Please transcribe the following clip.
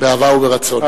באהבה וברצון.